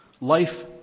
Life